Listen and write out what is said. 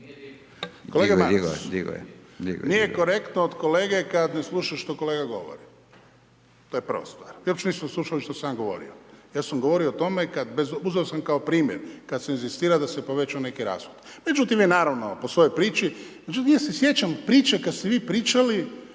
Ivan (HDZ)** Nije korektno od kolege kad ne sluša što kolega govori, to je prva stvar. Vi uopće niste slušali što sam ja govorio. Ja sam govorio o tome, uzeo sam kao primjer kad se inzistira da se poveća neki rashod. Međutim je naravno, po svojoj priči. Međutim, ja se sjećam priče kad ste vi pričali